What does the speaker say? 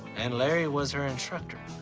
and larry was her instructor.